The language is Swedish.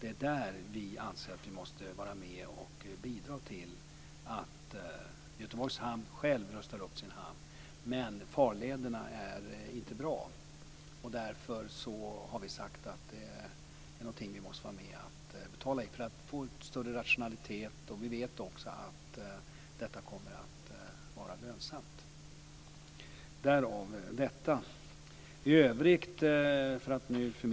Det är där vi anser att vi måste vara med och bidra. Göteborgs hamn måste själv rusta upp sin hamn, men farlederna är inte bra. Därför har vi sagt att det är någonting vi måste vara med och betala, så att vi får en större rationalitet.